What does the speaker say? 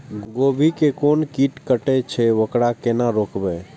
गोभी के कोन कीट कटे छे वकरा केना रोकबे?